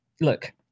look